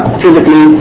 physically